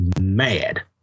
mad